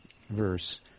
verse